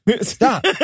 Stop